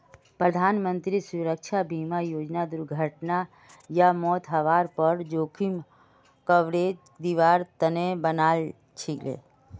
प्रधानमंत्री सुरक्षा बीमा योजनाक दुर्घटना या मौत हवार पर जोखिम कवरेज दिवार तने बनाल छीले